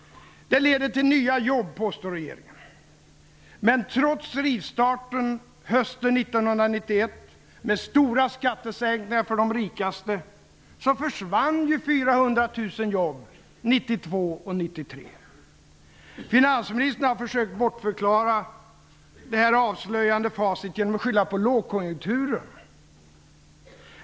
Det leder till nya jobb, påstår regeringen. Men trots rivstarten hösten 1991, med stora skattesänkningar för de rikaste, försvann 400 000 jobb under 1992 Finansministern har försökt bortförklara detta avslöjande facit genom att skylla på lågkonjunkturen.